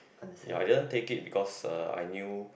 ya I didn't take it because uh I knew